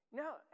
No